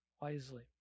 wisely